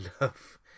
love